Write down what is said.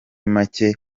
make